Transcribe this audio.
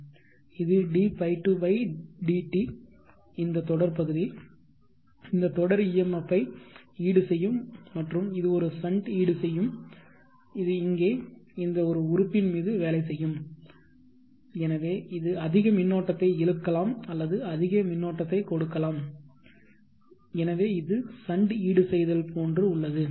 இது dϕ2 dt இந்த தொடர் பகுதி இந்த தொடர் EMF ஐ ஈடுசெய்யும் மற்றும் இது ஒரு ஷன்ட் ஈடுசெய்யும் இது இங்கே இந்த ஒரு உறுப்பின் மீது வேலை செய்யும் எனவே இது அதிக மின்னோட்டத்தை இழுக்கலாம் அல்லது அதிக மின்னோட்டத்தை கொடுக்கலாம் எனவே இது ஷன்ட் ஈடு செய்தல் போன்று உள்ளது